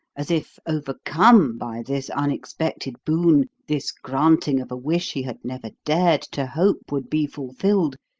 as if overcome by this unexpected boon, this granting of a wish he had never dared to hope would be fulfilled,